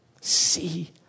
See